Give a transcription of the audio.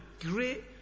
great